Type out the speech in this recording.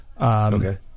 okay